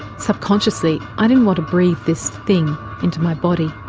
subconsciously i didn't want to breathe this thing into my body.